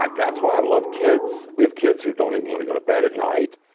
but that's why i love kids. we have kids who don't even want to go to bed at night,